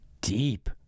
deep